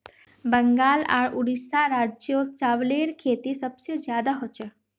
बंगाल आर उड़ीसा राज्यत चावलेर खेती सबस बेसी हछेक